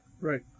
Right